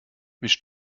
misch